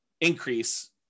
increase